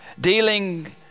dealing